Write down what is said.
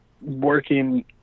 working